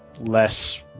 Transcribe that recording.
less